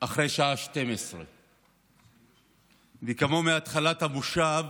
אחרי השעה 24:00, וכמו מתחילת המושב